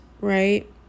right